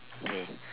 hmm